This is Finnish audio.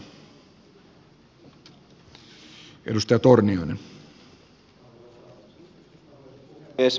arvoisa puhemies